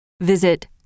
visit